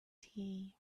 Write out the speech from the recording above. tea